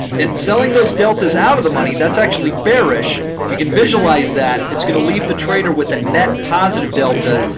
and selling those deltas out of the money, that's actually bearish. if you can visualize that, it's going to leave the trader with a net positive delta,